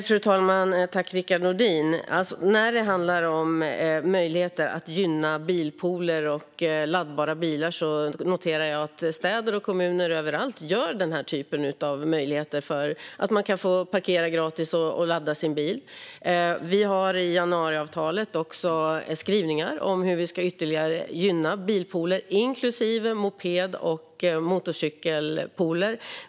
Fru talman! Rickard Nordin! När det handlar om möjligheter att gynna bilpooler och laddbara bilar noterar jag att städer och kommuner överallt ger den här typen av möjligheter så att man kan parkera gratis och ladda sin bil. Vi har i januariavtalet skrivningar om hur vi ytterligare ska gynna bilpooler och moped och motorcykelpooler.